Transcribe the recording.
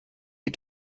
die